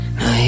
no